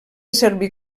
servir